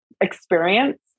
experience